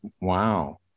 Wow